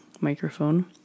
microphone